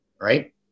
right